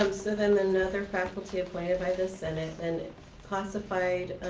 um so then another faculty appointed by the senate and classified,